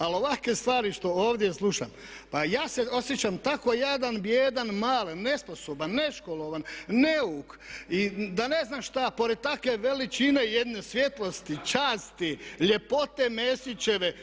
Ali ovake stvari što ovdje slušam, pa ja se osjećam tako jadan, bijedan, malen, nesposoban, neškolovan, neuk i da ne znam šta pored take veličine jedne svjetlosti, časti, ljepote Mesićeve.